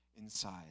inside